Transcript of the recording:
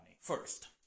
First